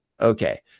Okay